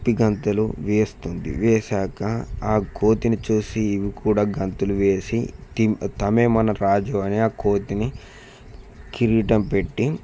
కుప్పిగంతులు వేస్తుంది వేసాక ఆ కోతిని చూసి ఇవి కూడా గంతులు వేసి తనే మన రాజు అని ఆ కోతిని కిరీటం పెట్టి